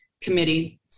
committee